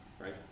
right